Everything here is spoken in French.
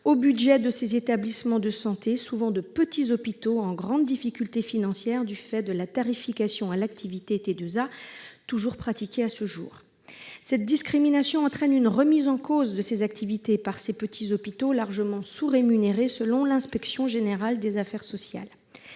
au budget de ces établissements de santé, souvent de petits hôpitaux en grande difficulté financière du fait de la tarification à l'activité (T2A) toujours pratiquée à ce jour. Cette discrimination entraîne la remise en cause de ces activités par ces petits hôpitaux largement sous-rémunérés selon l'inspection générale des affaires sociales.